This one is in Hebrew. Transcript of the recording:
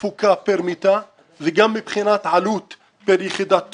תפוקה פר מיטה וגם מבחינת עלות פר יחידת תפוקה.